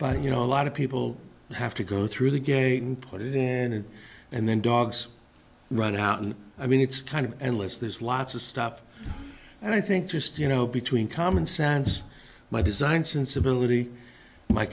but you know a lot of people have to go through the gate and put it in and then dogs run out and i mean it's kind of endless there's lots of stuff and i think just you know between common sense my design sensibility my